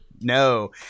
No